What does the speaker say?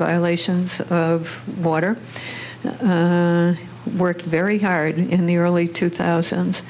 violations of water worked very hard in the early two thousand